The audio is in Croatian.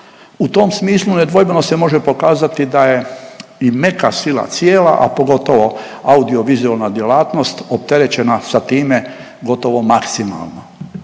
U tom smislu nedvojbeno se može pokazati da je i meka sila cijela, a pogotovo audiovizualna djelatnost opterećena sa time gotovo maksimalno.